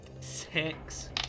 six